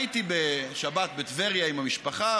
הייתי בשבת בטבריה עם המשפחה,